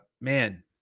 Man